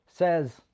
says